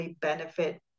benefit